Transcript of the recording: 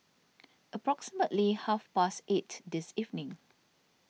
approximately half past eight this evening